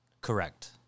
Correct